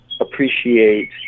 appreciate